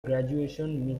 graduation